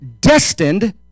destined